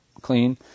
clean